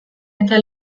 eta